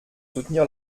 soutenir